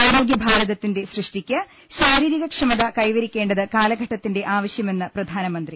ആരോഗ്യ ഭാരതത്തിന്റെ സൃഷ്ടിക്ക് ശാരീരിക ക്ഷമത കൈവരി ക്കേണ്ടത് കാലഘട്ടത്തിന്റെ ആവശ്യമെന്ന് പ്രധാനമന്ത്രി